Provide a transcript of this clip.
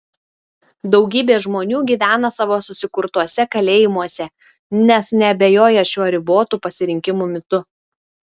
daugybė žmonių gyvena savo susikurtuose kalėjimuose nes neabejoja šiuo ribotų pasirinkimų mitu